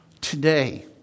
Today